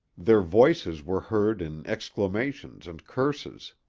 their voices were heard in exclamations and curses.